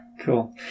Cool